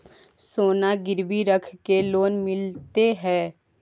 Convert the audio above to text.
सोना गिरवी रख के लोन मिलते है?